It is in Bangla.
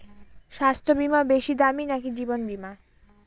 স্বাস্থ্য বীমা বেশী দামী নাকি জীবন বীমা?